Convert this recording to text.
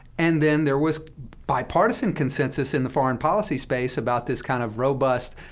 and then there was bipartisan consensus in the foreign policy space about this kind of robust,